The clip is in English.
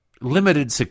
limited